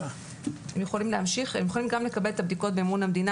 הם יכולים לקבל את הבדיקות במימון המדינה